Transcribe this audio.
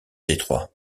detroit